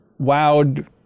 wowed